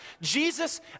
Jesus